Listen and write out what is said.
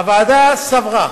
הוועדה סברה